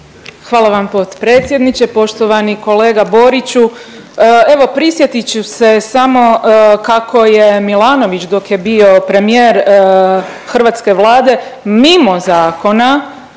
Hvala vam potpredsjedniče. Poštovani kolega Boriću. Evo prisjetit ću se samo kako je Milanović dok je bio premijer hrvatske Vlade mimo zakona